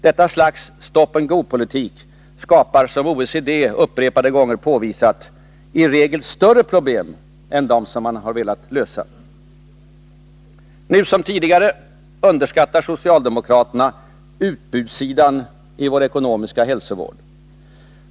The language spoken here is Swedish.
Detta slags ”stop-and-go”-politik skapar — som OECD upprepade gånger påvisat — i regel större problem än dem man velat lösa. Nu som tidigare underskattar socialdemokraterna utbudssidan av vår ekonomiska hälsovård.